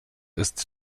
ist